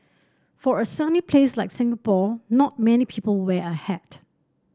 for a sunny place like Singapore not many people wear a hat